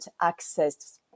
access